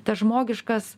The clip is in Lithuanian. tas žmogiškas